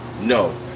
no